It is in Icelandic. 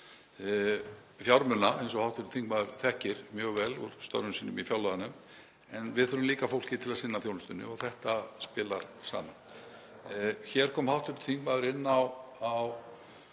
fjármuna, eins og hv. þingmaður þekkir mjög vel úr störfum sínum í fjárlaganefnd, en við þurfum líka fólk til að sinna þjónustunni og þetta spilar saman. Hér kom hv. þingmaður inn á